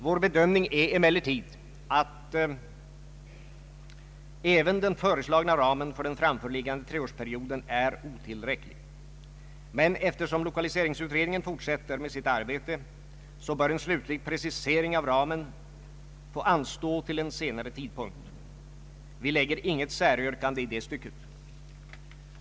Vår bedömning är emellertid att även den föreslagna ramen för den framförliggande treårsperioden är otill räcklig, men eftersom lokaliseringsutredningen fortsätter sitt arbete, bör en slutgiltig precisering av ramen få anstå till en senare tidpunkt. Vi lägger inget säryrkande i det stycket.